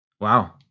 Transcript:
Wow